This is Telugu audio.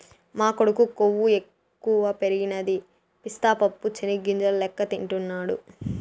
మా కొడుకు కొవ్వు ఎక్కువ పెరగదని పిస్తా పప్పు చెనిగ్గింజల లెక్క తింటాండాడు